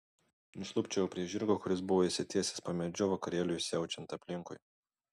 nušlubčiojau prie žirgo kuris buvo išsitiesęs po medžiu vakarėliui siaučiant aplinkui